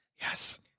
Yes